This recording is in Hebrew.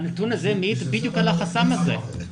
הנתון הזה מעיד בדיוק על החסם הזה.